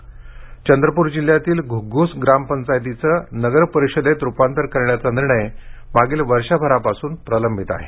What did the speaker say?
घग्गस बहिष्कार चंद्रपूर जिल्ह्यातील घ्रग्घूस ग्रामपंचायतीचे नगरपरिषदेत रूपांतर करण्याचा निर्णय मागील वर्षभरापासून प्रलंबित आहे